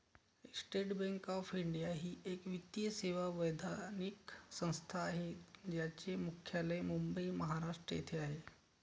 state Bank of India ही एक वित्तीय सेवा वैधानिक संस्था आहे ज्याचे मुख्यालय मुंबई, महाराष्ट्र येथे आहे